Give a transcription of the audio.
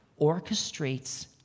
orchestrates